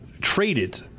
traded